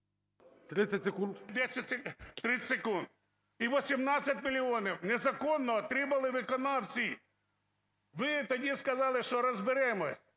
30 секунд. І 18 мільйонів незаконно отримали виконавці. Ви тоді сказали, що розберемося.